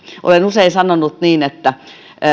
olen usein sanonut niin että